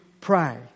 pray